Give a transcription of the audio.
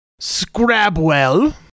Scrabwell